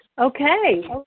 Okay